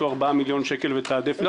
4 מיליון שקל ולתעדף אותם מתוך תקציב המשרד.